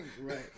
Right